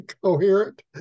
coherent